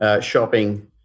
shopping